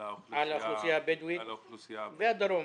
האוכלוסייה הבדואית בדרום.